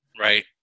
right